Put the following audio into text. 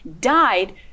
died